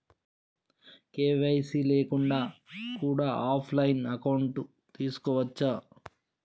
KYC లేకుండా కూడా offline account తీసుకోవచ్చా?